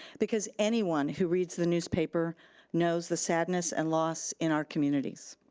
because anyone who reads the newspaper knows the sadness and loss in our communities.